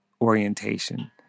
orientation